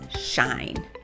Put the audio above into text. shine